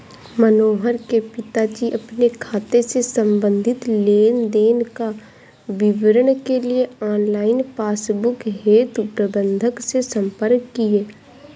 मनोहर के पिताजी अपने खाते से संबंधित लेन देन का विवरण के लिए ऑनलाइन पासबुक हेतु प्रबंधक से संपर्क किए